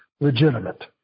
legitimate